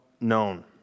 known